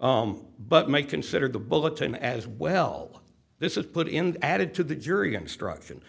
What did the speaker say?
but may consider the bulletin as well this is put in added to the jury instruction